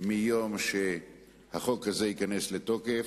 מיום שהחוק הזה ייכנס לתוקף,